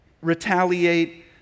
retaliate